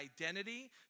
identity